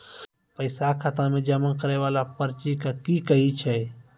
पैसा खाता मे जमा करैय वाला पर्ची के की कहेय छै?